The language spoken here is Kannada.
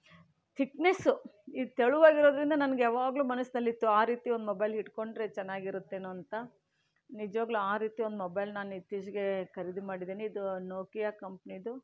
ಥಿಕ್ನೆಸ್ಸು ಇದು ತೆಳುವಾಗಿರೋದರಿಂದ ನನಗೆ ಯಾವಾಗಲೂ ಮನಸ್ನಲ್ಲಿ ಇತ್ತು ಆ ರೀತಿ ಒಂದು ಮೊಬೈಲ್ ಇಟ್ಕೊಂಡ್ರೆ ಚೆನ್ನಾಗಿರುತ್ತೇನೋ ಅಂತ ನಿಜವಾಗ್ಲೂ ಆ ರೀತಿ ಒಂದು ಮೊಬೈಲ್ ನಾನು ಇತ್ತೀಚಿಗೆ ಖರೀದಿ ಮಾಡಿದ್ದೀನಿ ಇದು ನೋಕಿಯಾ ಕಂಪ್ನಿದು